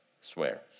swear